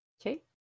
Okay